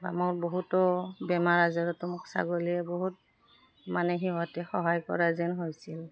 বা মোৰ বহুতো বেমাৰ আজাৰতো মোক ছাগলীয়ে বহুত মানে সিহঁতে সহায় কৰা যেন হৈছিল